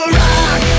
rock